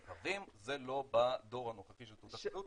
מקרבים, זה לא בדור הנוכחי של תעודת הזהות.